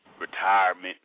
retirement